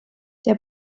der